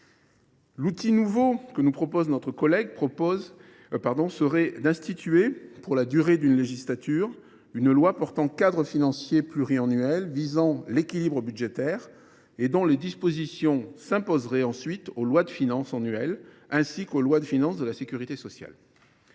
Notre collègue nous propose d’instituer, pour la durée d’une législature, une loi portant cadre financier pluriannuel visant l’équilibre budgétaire et dont les dispositions s’imposeraient ensuite aux lois de finances annuelles, ainsi qu’aux lois de financement de la sécurité sociale.